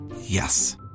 Yes